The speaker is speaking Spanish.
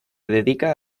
dedica